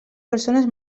persones